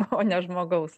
o ne žmogaus